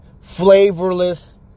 flavorless